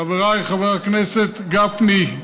חבריי, חבר הכנסת גפני,